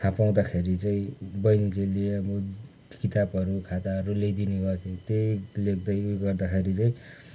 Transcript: थाहा पाउँदाखेरि चाहिँ बहिनीले अब किताबहरू खाताहरू ल्याइदिने गर्थ्यो त्यही लेख्दै गर्दाखेरि चाहिँ